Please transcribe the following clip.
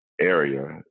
area